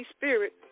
spirit